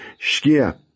Shkia